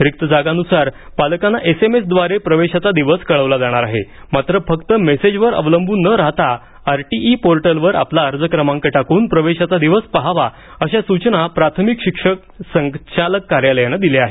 रिक्त जागांनुसार पालकांना एसएमएसद्वारे प्रवेशाचा दिवस कळवला जाणार आहे मात्र फक्त मेसेजवर अवलंब्रन न राहता आरटीई पोर्टलवर आपला अर्ज क्रमांक टाकून प्रवेशाचा दिवस पहावा अशा सूचना प्राथमिक शिक्षण संचालक कार्यालयानं दिल्या आहेत